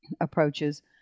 approaches